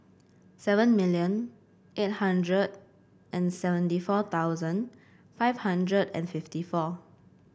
seven million eight hundred and seventy four thousand five hundred and fifty four